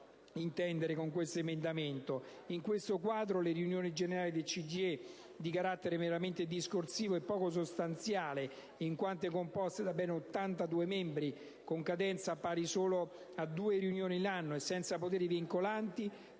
intendere con questo emendamento. In tale quadro, le riunioni generali del CGIE, di carattere meramente discorsivo e poco sostanziale, in quanto organismo composto da ben 82 membri, con cadenza pari a solo due riunioni l'anno e senza poteri vincolanti,